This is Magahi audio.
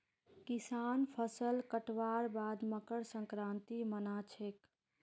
किसान फसल कटवार बाद मकर संक्रांति मना छेक